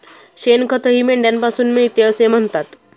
शेणखतही मेंढ्यांपासून मिळते असे म्हणतात